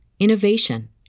innovation